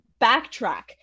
backtrack